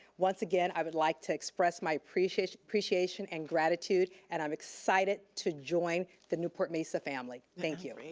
once again, i would like to express my appreciation appreciation and gratitude and i'm excited to join the newport-mesa family. thank you.